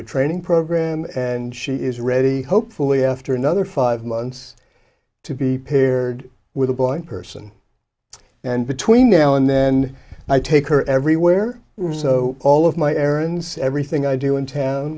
a training program and she is ready hopefully after another five months to be paired with a blind person and between now and then i take her everywhere so all of my errands everything i do in town